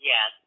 Yes